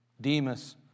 Demas